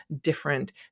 different